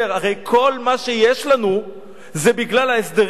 הרי כל מה שיש לנו זה בגלל ההסדרים.